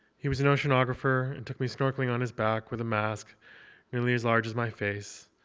he was an oceanographer, and took me snorkeling on his back with a mask nearly as large as my face.